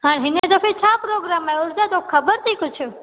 हा हिन दफ़े छा प्रोग्राम आहे ऊर्जा तोखे ख़बर तई कुझु